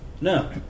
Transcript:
No